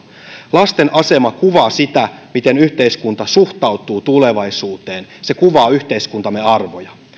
lasten asema kuvaa sitä miten yhteiskunta suhtautuu tulevaisuuteen se kuvaa yhteiskuntamme arvoja